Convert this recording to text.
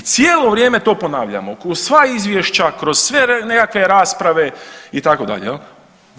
I cijelo vrijeme to ponavljamo, kroz sva izvješća kroz sve nekakve rasprave itd. jel.